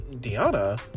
diana